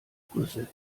brüssel